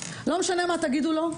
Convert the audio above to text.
לא משנה מה תגידו לו,